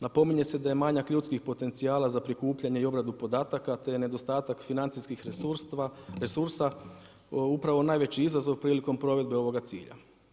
Napominje se da je manjak ljudskih potencijala za prikupljanje i obradu podataka, te nedostatak financijskih resursa upravo najveći izazov prilikom provedbe ovoga cilja.